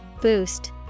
Boost